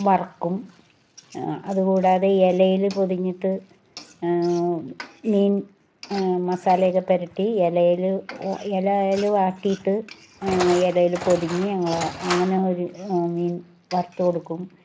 വറക്കും അത് കൂടാതെ ഇലയിൽ പൊതിഞ്ഞിട്ട് മീൻ മസാലയക്കെ പുരട്ടി ഇലയിൽ ഇല യെല് വാട്ടീട്ട് ഇലയിൽ പൊതിഞ്ഞ് ഞങ്ങൾ അങ്ങനെ ഒരു മീൻ വറത്ത് കൊടുക്കും